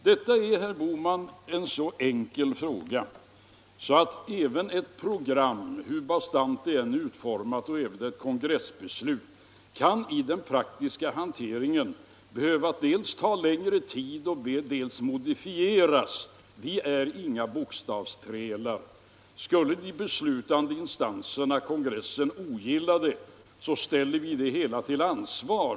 Detta är, herr Bohman, en mycket enkel fråga. Även ett program eller ett kongressbeslut, hur bastant det än är utformat, kan i den praktiska hanteringen behöva ta längre tid för att realiseras och modifieras. Vi är inga bokstavsträlar. Skulle den beslutande instansen, kongressen, ogilla vårt handlande ställs vi till ansvar.